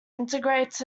integrates